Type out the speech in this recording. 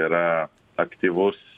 yra aktyvus